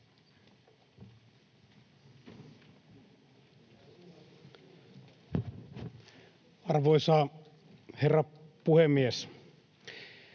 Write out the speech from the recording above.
Arvoisa herra puhemies!